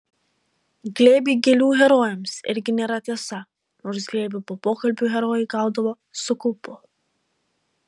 glėbiai gėlių herojams irgi nėra tiesa nors glėbių po pokalbių herojai gaudavo su kaupu